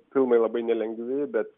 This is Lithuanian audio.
filmai labai nelengvi bet